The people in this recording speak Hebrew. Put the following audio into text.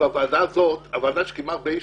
הוועדה הזאת קיימה הרבה ישיבות,